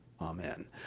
Amen